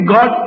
God